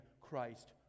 Christ